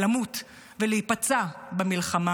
למות ולהיפצע במלחמה,